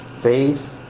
Faith